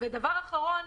דבר אחרון,